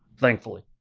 thankfully.